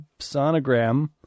sonogram